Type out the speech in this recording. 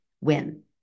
win